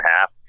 half